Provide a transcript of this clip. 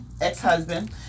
ex-husband